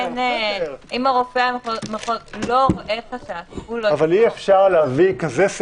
אם רופא המחוז לא רואה חשש הוא לא --- (היו"ר יעקב אשר,